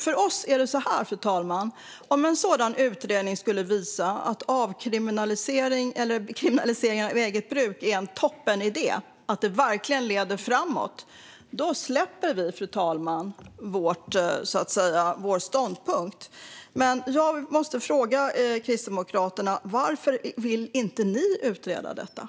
För oss är det så här: Om en utredning skulle visa att kriminalisering av eget bruk är en toppenidé och verkligen leder framåt släpper vi, fru talman, vår ståndpunkt. Jag måste dock ställa en fråga Kristdemokraterna. Varför vill inte ni utreda det här?